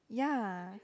ya